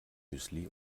müsli